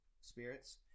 spirits